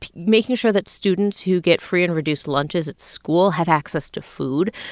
making sure that students who get free and reduced lunches at school have access to food,